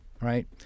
Right